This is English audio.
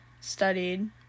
studied